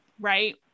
Right